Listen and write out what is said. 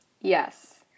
Yes